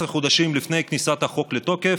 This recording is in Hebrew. כ-18 חודשים לפני כניסת החוק לתוקף,